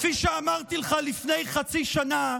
כפי שאמרתי לך לפני חצי שנה,